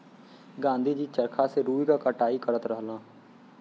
गाँधी जी चरखा से रुई क कटाई करत रहलन